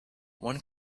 one